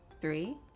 three